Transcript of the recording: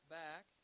back